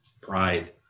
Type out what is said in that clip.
Pride